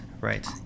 right